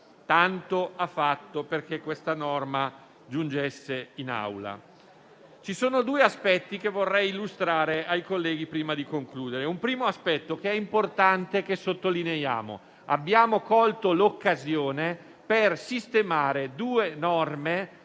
tanto ha fatto perché questa norma giungesse in Aula. Ci sono due aspetti che vorrei illustrare ai colleghi prima di concludere. Un primo aspetto, che è importante sottolineare, è che abbiamo colto l'occasione per sistemare due norme